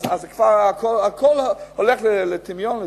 אז הכול הולך לטמיון,